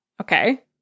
Okay